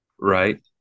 Right